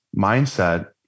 mindset